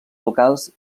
locals